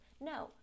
No